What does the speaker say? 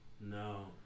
no